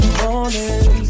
morning